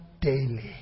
daily